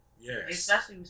Yes